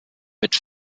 mit